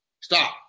stop